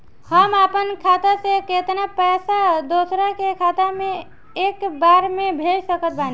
हम अपना खाता से केतना पैसा दोसरा के खाता मे एक बार मे भेज सकत बानी?